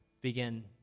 begin